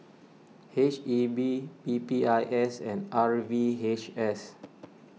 H E B P P I S and R V H S